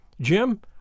Jim